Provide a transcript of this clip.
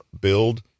build